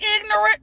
ignorant